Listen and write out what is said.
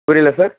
புரியிலை sir